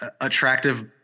attractive